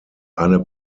eine